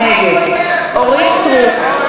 נגד אורית סטרוק,